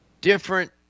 different